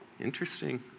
Interesting